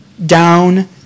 Down